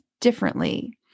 differently